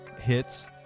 hits